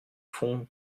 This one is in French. fond